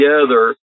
together